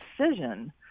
decision